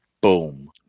Boom